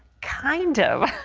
kind of.